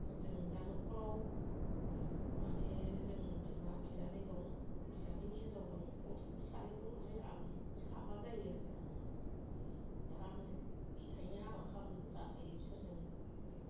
जों दा न'खराव माने बिमा बियानै दं बियानैनि हिनजाव दं गथ'फोर सानै दं ओमफ्राय आं साबा जायो आरो जोंहा न'आव दा आङो बेहायनो आबाद खालामनानै जाफायो बिसोरजोंनो